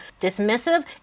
dismissive